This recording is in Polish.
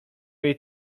jej